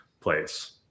place